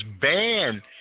banned